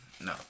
No